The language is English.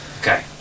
Okay